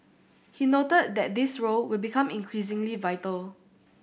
he noted that this role will become increasingly vital